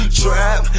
trap